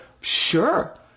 sure